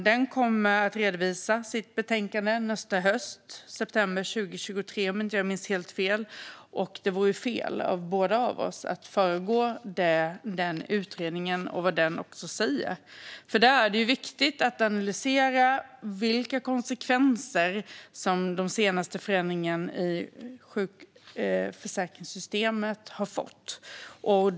Den kommer att redovisa sitt betänkande nästa höst, i september 2023, och det vore fel av oss båda att föregripa vad den utredningen kommer fram till. Det är viktigt att analysera vilka konsekvenser den senaste förändringen i sjukförsäkringssystemet har fått.